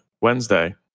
wednesday